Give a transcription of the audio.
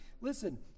Listen